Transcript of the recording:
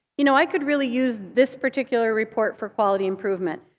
you know, i could really use this particular report for quality improvement,